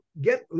get